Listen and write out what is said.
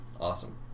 Awesome